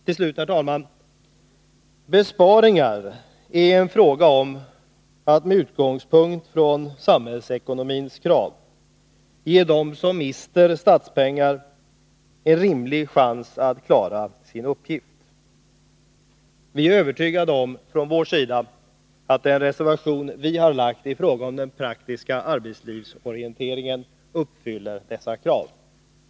Till slut, herr talman! Besparingar är en fråga om att med utgångspunkt i samhällsekonomins krav ge dem som mister statspengar en rimlig chans att klara sin uppgift. Vi är från vår sida övertygade om att vår reservation i fråga om den praktiska arbetslivsorienteringen uppfyller dessa krav.